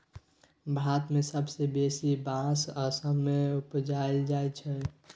भारत मे सबसँ बेसी बाँस असम मे उपजाएल जाइ छै